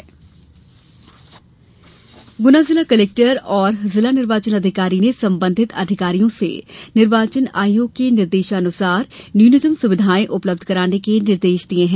निर्वाचन गुना गुना जिला कलेक्टर एवं जिला निर्वाचन अधिकारी ने संबंधित अधिकारियों से निर्वाचन आयोग के निर्देशानुसार न्यूनतम सुविधाएं उपलब्ध कराने के निर्देश दिये हैं